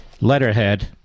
letterhead